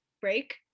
break